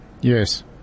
Yes